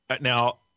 Now